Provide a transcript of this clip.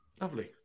Lovely